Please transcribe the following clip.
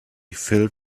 filled